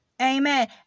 Amen